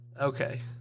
Okay